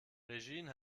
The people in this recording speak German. regine